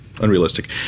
unrealistic